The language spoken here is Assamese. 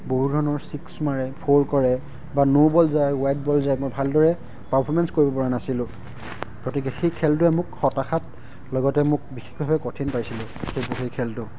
বহু ধৰণৰ ছিক্স মাৰে ফ'ৰ কৰে বা ন' বল যায় ৱাইড বল যায় মই ভালদৰে পাৰ্ফমেন্স কৰিব পৰা নাছিলোঁ গতিকে সেই খেলটোৱে মোক হতাশাত লগতে মোক বিশেষভাৱে কঠিন পাইছিলোঁ সেই খেলটো